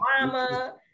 mama